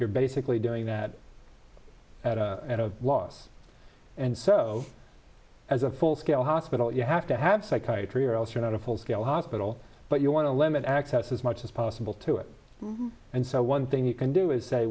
you're basically doing that was and so as a full scale hospital you have to have psychiatry or else you've got a full scale hospital but you want to limit access as much as possible to it and so one thing you can do is say